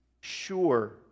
sure